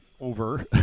over